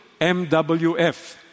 MWF